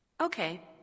Okay